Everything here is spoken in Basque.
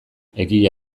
egia